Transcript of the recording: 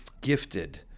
gifted